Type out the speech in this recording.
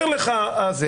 אומר לך האפוטרופוס הכללי: